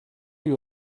you